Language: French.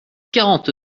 quarante